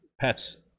pets